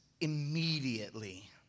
immediately